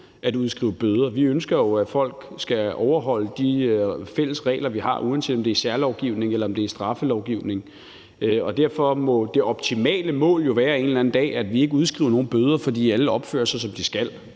at udskrive bøder. Vi ønsker jo, at folk skal overholde de fælles regler, vi har, uanset om det er særlovgivning eller straffelovgivning. Derfor må det optimale mål jo være, at vi en eller anden dag ikke udskriver nogen bøder, fordi alle opfører sig, som de skal.